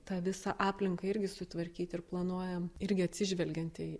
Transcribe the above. tą visą aplinką irgi sutvarkyt ir planuojam irgi atsižvelgiant į